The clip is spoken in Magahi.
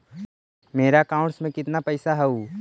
मेरा अकाउंटस में कितना पैसा हउ?